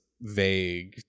vague